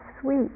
sweet